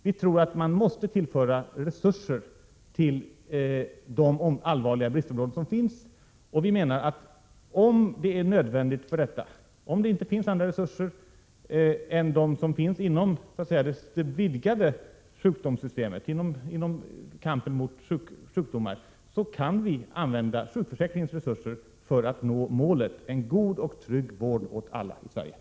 Vi anser att man måste tillföra resurser till områden där vi har allvarliga brister. Om det är nödvändigt, om det inte finns andra resurser än dem som finns inom det vidgade sjukvårdssystemet för kampen mot sjukdomar, kan vi använda sjukförsäkringens resurser för att nå målet: En god och trygg vård åt alla i Sverige.